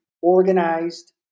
organized